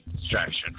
distraction